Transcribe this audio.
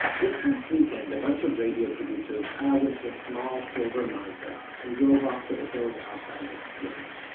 this last weekend, a bunch of radio producers piled into a small silver mazda, and drove off to the hills outside ness and ziyyona.